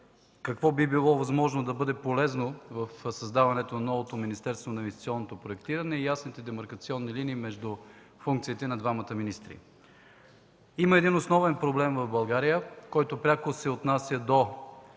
какво би било възможно да бъде полезно при създаването на новото Министерство на инвестиционното проектиране и ясните демаркационни линии между функциите на двамата министри. Има един основен проблем в България, пряко отнасящ